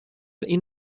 این